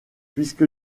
puisque